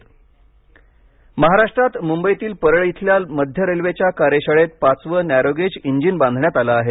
loco महाराष्ट्रात मुंबईतील पळ इथल्या मध्य रेल्वेच्या कार्यशाळेत पाचवं नॅरोगेज इंजिन बाधण्यात आलं आहे